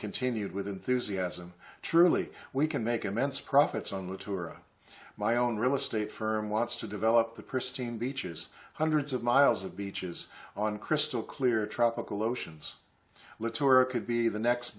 continued with enthusiasm surely we can make immense profits on the tour of my own real estate firm wants to develop the pristine beaches hundreds of miles of beaches on crystal clear tropical oceans latour could be the next